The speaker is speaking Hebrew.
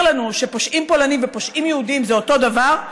לנו שפושעים פולנים ופושעים יהודים זה אותו דבר,